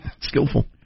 Skillful